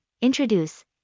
Introduce